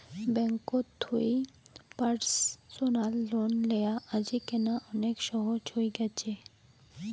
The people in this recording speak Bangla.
ব্যাঙ্ককোত থুই পার্সনাল লোন লেয়া আজিকেনা অনেক সহজ হই গ্যাছে